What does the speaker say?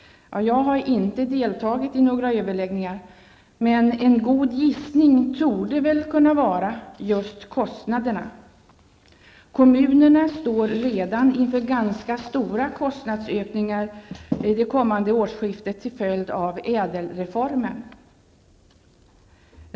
Jag har inte deltagit i några överläggningar, men en god gissning torde vara hänsynen till kostnaderna. Kommunerna står redan inför ganska stora kostnadsökningar det kommande årsskiftet till följd av ÄDEL-reformen.